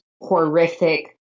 horrific